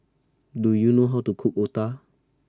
Do YOU know How to Cook Otah